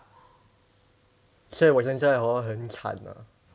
所以我现在 hor 很惨啊